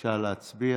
בבקשה להצביע.